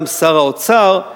גם שר האוצר,